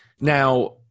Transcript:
Now